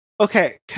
Okay